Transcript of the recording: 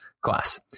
class